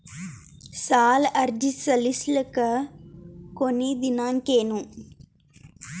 ಸಾಲ ಅರ್ಜಿ ಸಲ್ಲಿಸಲಿಕ ಕೊನಿ ದಿನಾಂಕ ಏನು?